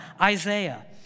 Isaiah